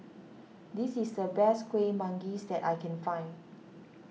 this is the best Kuih Manggis that I can find